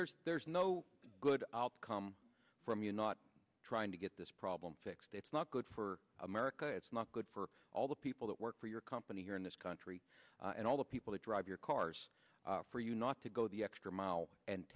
there's no good outcome from you not trying to get this problem fixed it's not good for america it's not good for all the people that work for your company here in this country and all the people who drive your cars for you not to go the extra mile and